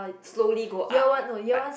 slowly go up but